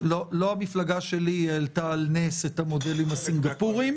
המפלגה שלי העלתה על נס את המודלים הסינגפורים,